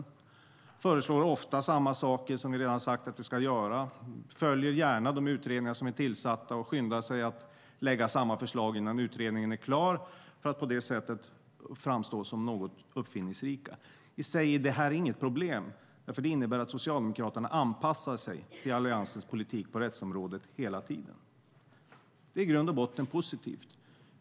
De föreslår ofta samma saker som vi redan har sagt att vi ska göra, följer gärna de utredningar som är tillsatta och skyndar sig att lägga fram samma förslag innan utredningen är klar, för att på det sättet framstå som något uppfinningsrika. I sig är detta inget problem, för det innebär att Socialdemokraterna hela tiden anpassar sig till Alliansens politik på rättsområdet. Det är i grund och botten positivt.